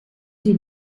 die